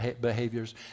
behaviors